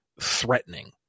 threatening